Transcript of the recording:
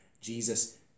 Jesus